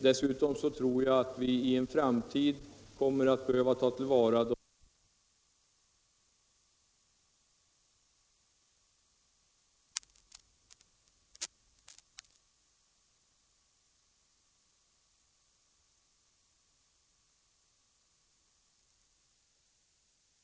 Dessutom tror jag att vi i en framtid kommer att behöva ta till vara även de allra minsta fyndigheterna, eftersom mineraltillgångarna kommer att sina.